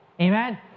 Amen